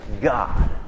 God